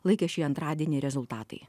laikė šį antradienį rezultatai